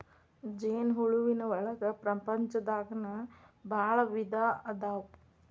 ಜೇನ ಹುಳುವಿನ ಒಳಗ ಪ್ರಪಂಚದಾಗನ ಭಾಳ ವಿಧಾ ಅದಾವ